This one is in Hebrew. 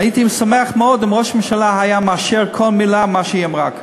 הייתי שמח מאוד אם ראש הממשלה היה מאשר כל מילה שהיא אמרה כאן.